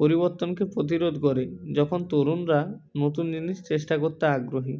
পরিবর্তনকে প্রতিরোধ করে যখন তরুণরা নতুন জিনিস চেষ্টা করতে আগ্রহী